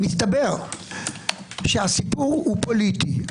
מסתבר שהסיפור הוא פוליטי.